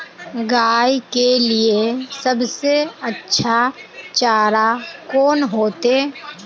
गाय के लिए सबसे अच्छा चारा कौन होते?